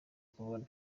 kubona